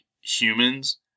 humans